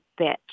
bitch